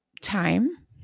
time